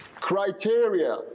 criteria